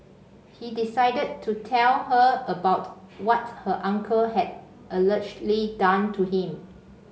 he decided to tell her about what her uncle had allegedly done to him